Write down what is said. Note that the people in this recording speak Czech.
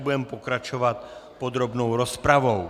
Budeme pokračovat podrobnou rozpravou.